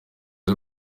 z’u